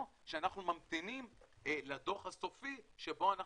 או שאנחנו ממתינים לדוח הסופי שבו אנחנו